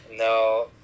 No